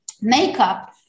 makeup